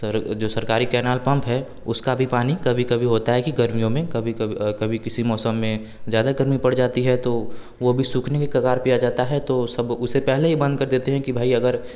sir जो सरकारी canal pump है उसका भी पानी कभी कभी होता है कि गर्मियों में कभी कभी कभी किसी मौसम में ज़्यादा गर्मी पड़ जाती है तो वह भी सूखने की कगार पर आ जाता है तो सब उसे पहले ही बंद कर देते हैं कि भाई अगर